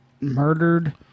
murdered